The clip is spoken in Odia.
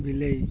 ବିଲେଇ